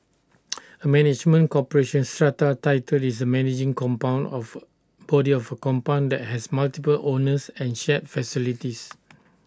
A management corporation strata title is the managing compound of body of A compound that has multiple owners and shared facilities